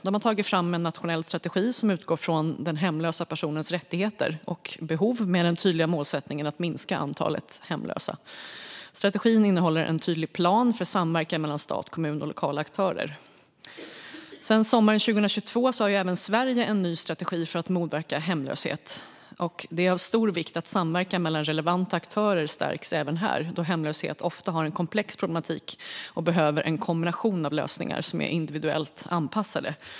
De har tagit fram en nationell strategi som utgår från den hemlösa personens rättigheter och behov med den tydliga målsättningen att minska antalet hemlösa. Strategin innehåller en tydlig plan för samverkan mellan stat, kommun och lokala aktörer. Sedan sommaren 2022 har även Sverige en ny strategi för att motverka hemlöshet. Det är av stor vikt att samverkan mellan relevanta aktörer stärks även här då hemlöshet ofta har en komplex problematik och behöver en kombination av lösningar som är individuellt anpassade.